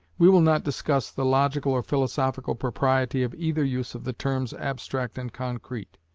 we will not discuss the logical or philological propriety of either use of the terms abstract and concrete,